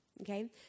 Okay